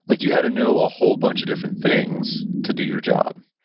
like you had to know a whole bunch of different things to do your job